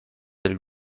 del